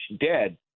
dead